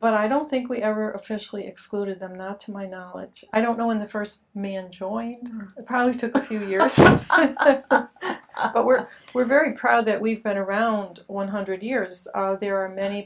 but i don't think we ever officially excluded them not to my knowledge i don't know when the first man choice pro took a few years but we're very proud that we've been around one hundred years are there are many